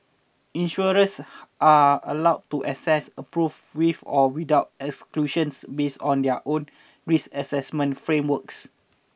insurers are allowed to assess approve with or without exclusions based on their own risk assessment frameworks